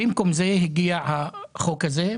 ובמקום זה הגיע החוק הזה,